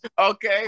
Okay